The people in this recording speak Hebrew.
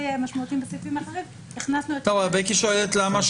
משמעותיים בסעיפים האחרים הכנסנו --- אבל בקי שואלת למה,